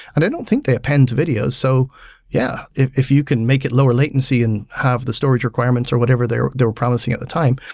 and i don't think they append videos. so yeah, if if you can make it lower latency and have the storage requirements or whatever their their policy at the time,